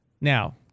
Now